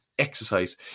Exercise